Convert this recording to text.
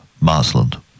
Marsland